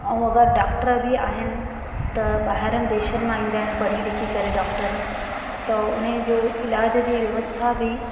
ऐं अगरि डॉक्टर बि आहिनि त ॿाहिरनि देशनि मां ईंदा आहिनि पढ़ी लिखी करे डॉक्टर त उन जो इलाज जी व्यवस्था बि